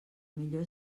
millor